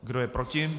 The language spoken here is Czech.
Kdo je proti?